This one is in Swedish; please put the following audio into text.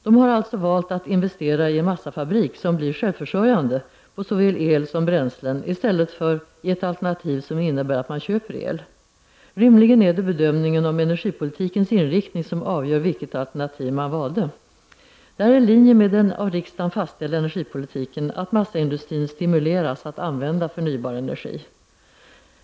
De har alltså valt att investera i en massafabrik som blir självförsörjande på såväl el som bränslen i stället för i ett alternativ som innebär att man köper el. Rimligen är det bedömningen om energipolitikens inriktning som avgör vilket alternativ man valde. Det är i linje med den av riksdagen fastställda energipolitiken att massaindustrin stimuleras att använda förnybar energi.